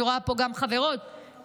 אני רואה פה גם חברות רבות,